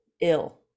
ill